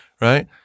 right